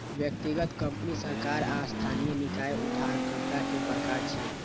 व्यक्तिगत, कंपनी, सरकार आ स्थानीय निकाय उधारकर्ता के प्रकार छियै